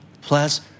plus